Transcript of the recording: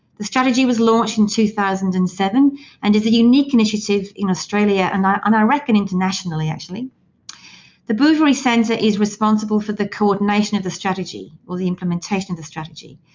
the strategy was launched in two thousand and seven and is a unique initiative in australia and i and i reckon internationally, actually the bouverie centre is responsible for the coordination of the strategy or the implementation of the strategy.